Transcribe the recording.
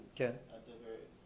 Okay